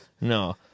No